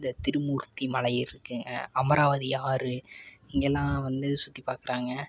இந்த திருமூர்த்தி மலை இருக்குதுங்க அமராவதி ஆறு இங்கெலாம் வந்து சுற்றி பார்க்குறாங்க